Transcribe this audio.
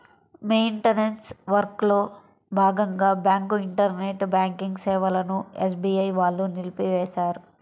maintenance వర్క్లో భాగంగా bank internet banking సేవలను ఎస్బీఐ వాళ్ళు నిలిపేశారు